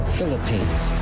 Philippines